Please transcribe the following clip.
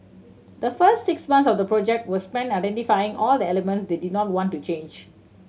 the first six months of the project were spent identifying all the elements they did not want to change